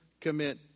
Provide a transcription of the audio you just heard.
commit